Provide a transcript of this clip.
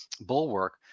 bulwark